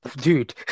dude